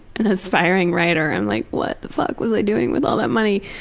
an aspiring writer, i'm like what the fuck was i doing with all that money?